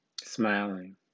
smiling